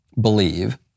believe